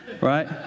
Right